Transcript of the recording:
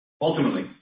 Ultimately